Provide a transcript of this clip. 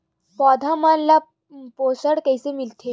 पौधा मन ला पोषण कइसे मिलथे?